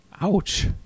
Ouch